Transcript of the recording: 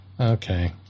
Okay